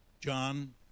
John